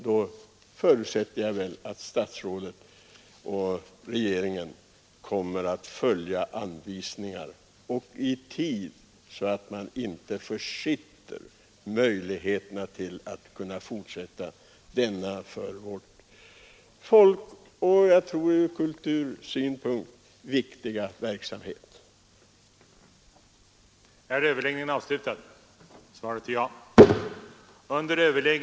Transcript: Då förutsätter jag att statsrådet och regeringen kommer att följa anvisningarna i tid, så att man inte försitter möjligheterna att fortsätta denna för vårt folk och vår kultur viktiga verksamhet. ”I propositionen föreslås att riksdagen godkänner att staten utger ersättning i enlighet med ett avtal om skolornas grafiska och fotografiska mångfaldigande. Enligt avtalet får lärarna vid bl.a. grundskolan, gymnasieskolan och lärarutbildningsanstalterna rätt att i viss utsträckning fotokopiera eller på annat sätt mångfaldiga litterära och konstnärliga verk samt fotografier. I ersättning härför betalar staten till företrädare för berörda upphovsmän m.fl. i regel 1 öre per kopiesida.